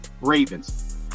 Ravens